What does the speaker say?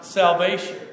salvation